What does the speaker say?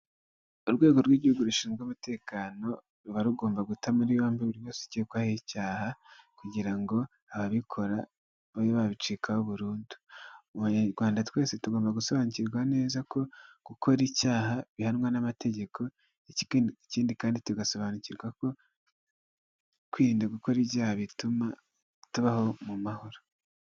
Urwego rw'igihugu rushinzwe umutekano ruba rugomba guta muri yombi buri wese ukekwaho icyaha kugira ngo ababikora babe babicikaho burundu, mu banyarwanda twese tugomba gusobanukirwa neza ko gukora icyaha bihanwa n'amategeko ikindi kandi tugasobanukirwa ko kwirinda gukora ibyaha bituma tubana mu mahoro.